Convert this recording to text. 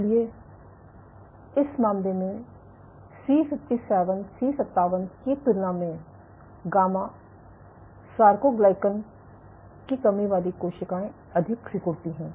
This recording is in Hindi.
इसलिए इस मामले में C57 की तुलना में गामा सार्कोग्लीकैन की कमी वाली कोशिकाएं अधिक सिकुड़ती हैं